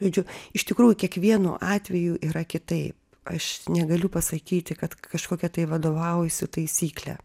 žodžiu iš tikrųjų kiekvienu atveju yra kitaip aš negaliu pasakyti kad kažkokia tai vadovaujuosi taisykle